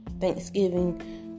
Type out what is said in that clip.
Thanksgiving